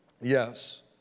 yes